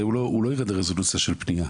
הרי הוא לא ירד לרזולוציה של פנייה.